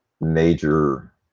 major